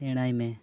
ᱥᱮᱬᱟᱭ ᱢᱮ